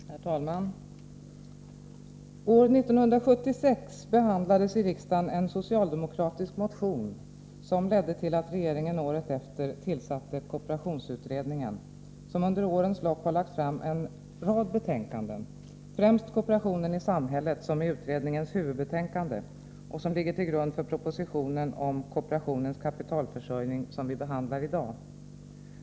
Herr talman! År 1976 behandlades i riksdagen en socialdemokratisk motion som ledde till att regeringen året efter tillsatte kooperationsutredningen. Utredningen har under årens lopp har lagt fram en rad betänkanden — främst Kooperationen i samhället, som är utredningens huvudbetänkande och som ligger till grund för propositionen om kooperationens kapitalförsörjning, som vi behandlar i dag.